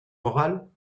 morale